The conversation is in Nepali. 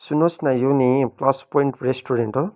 सुन्नुहोस् न यो नि प्लस पोइन्ट रेस्टुरेन्ट हो